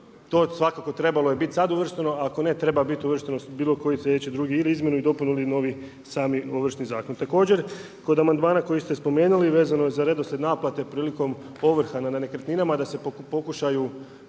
to svakako trebalo je sad biti uvršteno, ako ne, treba biti uvršteno bilo koji slijedeći drugi, ili izmjenu i dopunu ili novi samo Ovršni zakon. Također, kod amandmana koji ste spomenuli, vezano za redoslijed naplate prilikom ovrha na nekretninama, da se pokušaj